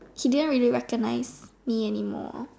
he didn't really recognise me anymore